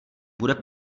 bude